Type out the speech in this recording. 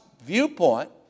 viewpoint